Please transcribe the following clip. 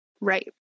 Right